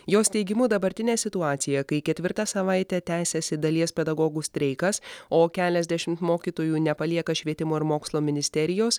jos teigimu dabartinė situacija kai ketvirtą savaitę tęsiasi dalies pedagogų streikas o keliasdešimt mokytojų nepalieka švietimo ir mokslo ministerijos